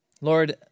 Lord